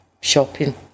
shopping